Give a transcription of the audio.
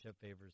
favors